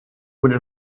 would